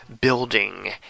building